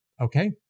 okay